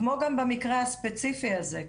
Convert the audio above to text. כמו גם במקרה הספציפי הזה.